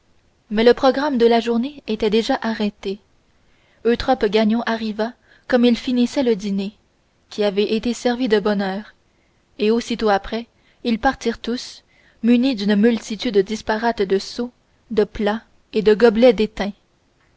mais le programme de la journée était déjà arrêté eutrope gagnon arriva comme ils finissaient le dîner qui avait été servi de bonne heure et aussitôt après ils partirent tous munis d'une multitude disparate de seaux de plats et de gobelets d'étain